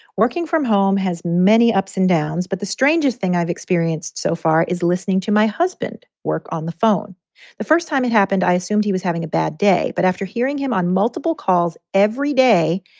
working from home has many ups and downs. but the strangest thing i've experienced so far is listening to my husband work on the phone the first time it happened. i assumed he was having a bad day, but after hearing him on multiple calls every day,